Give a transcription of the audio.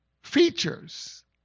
Features